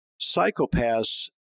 psychopaths